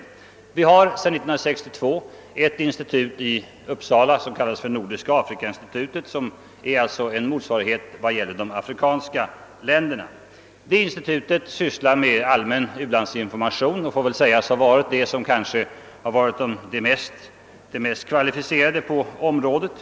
Sedan år 1962 arbetar ett institut i Uppsala som kallas Nordiska afrikainstitutet och som är en motsvarighet vad gäller de afrikanska länderna. Institutet sysslar med allmän u-landsinformation och får väl sägas ha varit det mest kvalificerade på området.